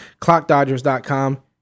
ClockDodgers.com